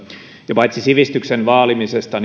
paitsi sivistyksen vaalimisesta